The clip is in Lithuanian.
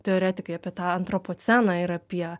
teoretikai apie tą antropoceną ir apie